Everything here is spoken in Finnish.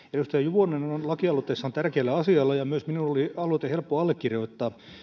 juvonen on lakialoitteessaan tärkeällä asialla ja myös minun oli aloite helppo allekirjoittaa